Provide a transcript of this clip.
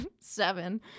seven